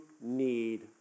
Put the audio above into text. need